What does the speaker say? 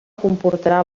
comportarà